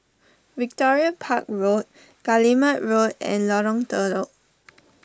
Victoria Park Road Guillemard Road and Lorong Telok